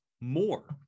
more